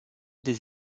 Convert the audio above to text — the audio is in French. des